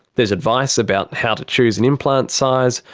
there's advice about how to choose an implant size,